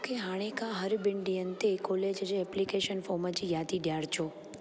मूंखे हाणे खां हर ॿिनि ॾींहनि कॉलेज जे एप्लीकेशन फॉर्म जी यादि ॾेयारिजो